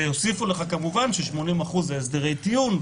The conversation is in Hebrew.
יוסיפו לכך כמובן גם את הטיעון ש-80% זה הסדרי טיעון,